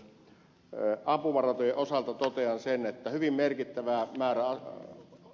toisaalta myös ampumaratojen osalta totean sen että hyvin merkittävä määrä